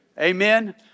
Amen